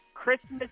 Christmas